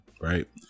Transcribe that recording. right